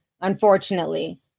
Unfortunately